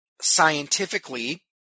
scientifically